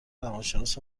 روانشناس